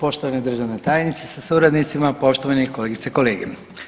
poštovana državna tajnice sa suradnicima, poštovane kolegice i kolege.